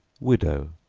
widow,